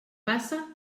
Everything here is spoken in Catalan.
passa